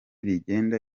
rigenda